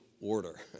order